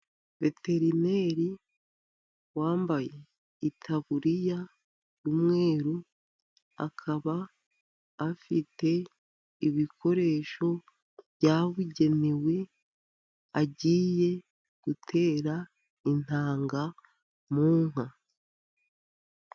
Veterineri wambaye itaburiya y'umweru, akaba afite ibikoresho byabugenewe agiye gutera intanga mu nka.